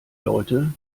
leute